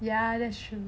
ya that's true